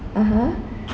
(uh huh)